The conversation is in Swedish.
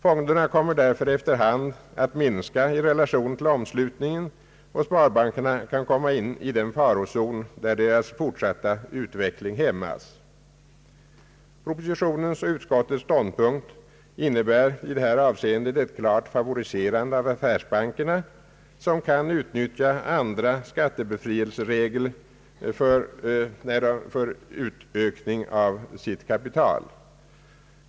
Fonderna kommer därför efter hand att minska i relation till omslutningen, och sparbankerna kan komma in i den farozon där deras fortsatta utveckling hämmas. Propositionens och utskottets ståndpunkt innebär i detta avseende ett klart favoriserande av affärsbankerna, som kan utnyttja andra skattebefrielseregler för utökning av sitt kapital.